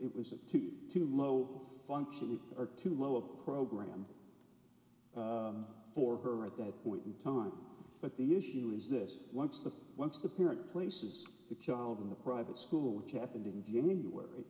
it was too low functioning or too low a program for her at that point in time but the issue is this once the once the parent places the child in the private school which happened in january